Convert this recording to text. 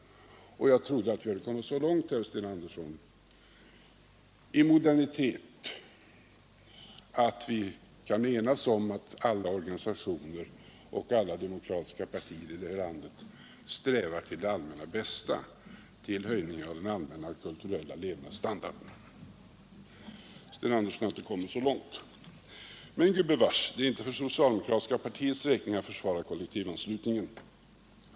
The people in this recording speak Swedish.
Jag trodde faktiskt att vi hade kommit så långt i modernitet, herr Sten Andersson, att vi var eniga om att alla organisationer och alla demokratiska partier i det här landet strävar till det allmännas bästa, till en höjning av den allmänna och kulturella levnadsstandarden. Men Sten Andersson har inte kommit så långt. Men det är gubevars inte för det socialdemokratiska partiets räkning som Sten Andersson försvarar kollektivanslutningen.